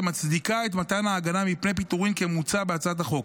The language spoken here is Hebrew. המצדיקה את מתן ההגנה מפני פיטורים כמוצע בהצעת החוק.